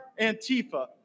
Antifa